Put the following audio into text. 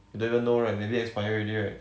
you don't even know right maybe expire already right